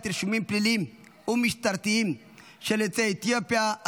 רישומים פליליים ומשטרתיים של יוצאי אתיופיה,